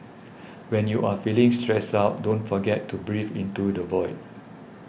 when you are feeling stressed out don't forget to breathe into the void